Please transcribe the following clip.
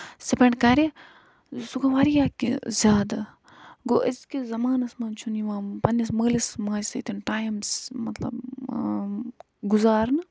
spend کرِ سُہ گوٚو واریاہ کیٚنہہ زیادٕ گوٚو أزکِس زَمانَس منٛز چھُنہٕ یِوان پَننِس مالِس ماجہِ سۭتۍ ٹایم مطلب سہِ گُزارنہٕ